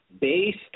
based